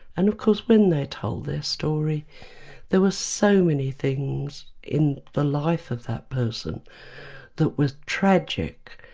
and of course when they told their story there were so many things in the life of that person that were tragic,